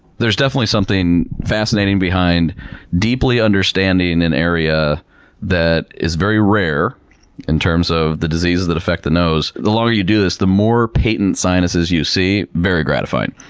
there's definitely something fascinating behind deeply understanding an area that is very rare in terms of the diseases that affect the nose. the longer you do this, the more patent sinuses you see, very gratifying.